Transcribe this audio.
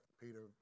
Peter